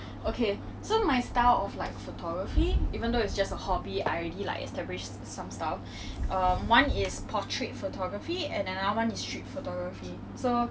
mm I feel like of course in twenty thirteen when you start taking selfies that was the prime time that you started taking photos